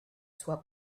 sua